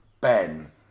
Ben